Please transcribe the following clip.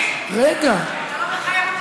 אבל אתה לא תחייב,